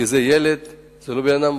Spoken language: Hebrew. כי זה ילד, זה לא אדם מבוגר,